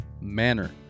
manner